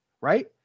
right